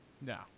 No